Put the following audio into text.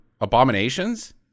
abominations